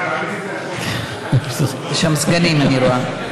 על עליזה.